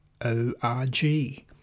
O-R-G